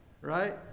right